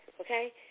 okay